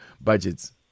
Budgets